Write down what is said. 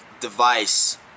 device